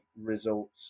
results